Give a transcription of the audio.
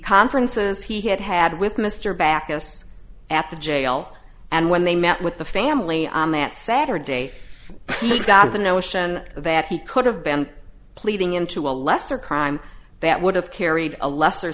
conferences he had had with mr backus at the jail and when they met with the family on that saturday he got the notion that he could have been pleading into a lesser crime that would have carried a lesser